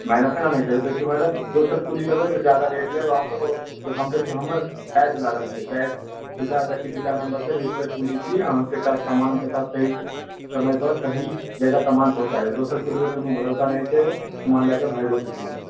madam एना नहि करियौ देखियौ मैडम दोसर कुली लेबै तऽ जादा रेट लेत अहाँसँ ओ देखियौ हमर बैच लागल छै बैच बिल्ला नम्बर छै रजिस्टर्ड कुली छी अहाँके सब समान के साथ सही समय पर सही जगह सामान पहुँचा देब दोसर कुली के कोनो भरोसा नहि रहै छै सामान लए कऽ भाइगो सकैया